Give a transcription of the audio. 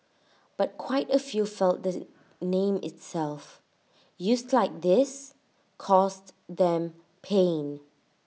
but quite A few felt that the name itself used like this caused them pain